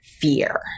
fear